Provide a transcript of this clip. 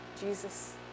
Jesus